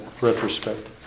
retrospect